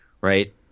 right